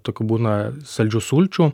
tokių būna saldžių sulčių